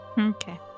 Okay